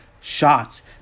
shots